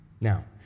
Now